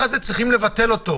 צריך לבטל את הדוח הזה.